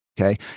Okay